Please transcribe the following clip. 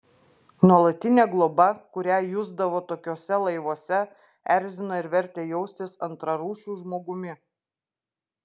nuolatinė globa kurią jusdavo tokiuose laivuose erzino ir vertė jaustis antrarūšiu žmogumi